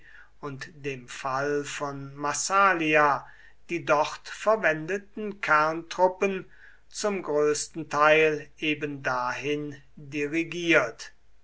und dem fall von massalia die dort verwendeten kerntruppen zum größten teil ebendahin dirigiert